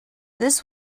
this